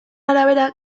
arabera